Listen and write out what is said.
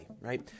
right